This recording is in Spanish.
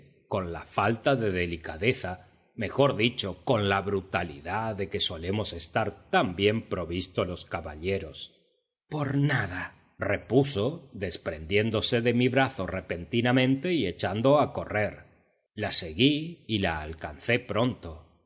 con la falta de delicadeza mejor dicho con la brutalidad de que solemos estar tan bien provistos los caballeros por nada repuso desprendiéndose de mi brazo repentinamente y echando a correr la seguí y la alcancé pronto